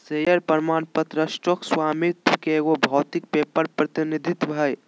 share प्रमाण पत्र stock स्वामित्व के एगो भौतिक पेपर प्रतिनिधित्व हइ